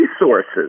resources